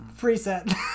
preset